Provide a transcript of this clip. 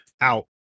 out